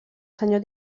senyor